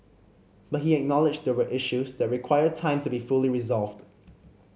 but he acknowledged there were issues that require time to be fully resolved